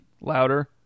louder